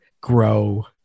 grow